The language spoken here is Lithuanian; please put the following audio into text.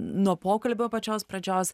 nuo pokalbio pačios pradžios